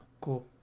Cool